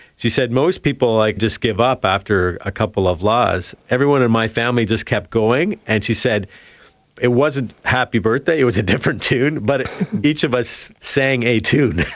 she said most people like just give up after a couple of las, but everyone in my family just kept going, and she said it wasn't happy birthday, it was a different tune, but each of us sang a tune.